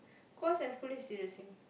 because excluding is serious sing